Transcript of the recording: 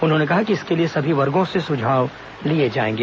उन्होंने कहा कि इसके लिए सभी वर्गो से सुझाव लिए जाएंगे